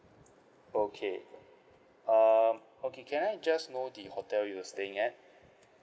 okay um okay can I just know the hotel you were staying at